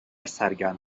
سرگرم